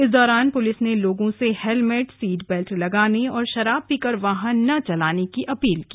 इस दौराना पुलिस ने लोगों से हैलमेट सीट बैल्ट लगाने और शराब पीकर वाहन न चलाने के अपील की